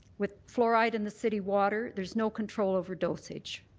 with fluoride in the city water there's no control over dosage.